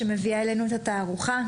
שמביאה אלינו את התערוכה,